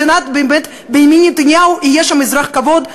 ובנימין נתניהו יהיה שם אזרח כבוד,